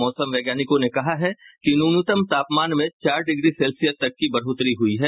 मौसम वैज्ञानिकों ने कहा है कि न्यूनतम तापमान में चार डिग्री सेल्सियस तक की बढ़ोतरी हुयी है